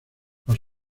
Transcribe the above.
los